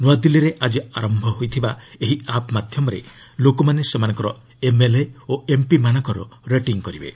ନ୍ତଆଦିଲ୍ଲୀରେ ଆଜି ଆରମ୍ଭ ହୋଇଥିବା ଏହି ଆପ୍ ମାଧ୍ୟମରେ ଲୋକମାନେ ସେମାନଙ୍କର ଏମ୍ଏଲ୍ଏ ଓ ଏମ୍ପିମାନଙ୍କର ରେଟିଂ କରିବେ